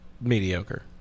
mediocre